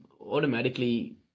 automatically